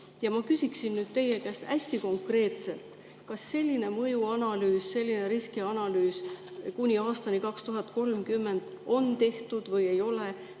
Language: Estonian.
Ma küsin teie käest hästi konkreetselt: kas selline mõjuanalüüs, selline riskianalüüs kuni aastani 2030 on tehtud või ei ole?